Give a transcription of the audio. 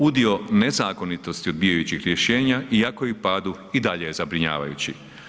Udio nezakonitosti odbijajućih rješenja iako je u padu, i dalje je zabrinjavajući.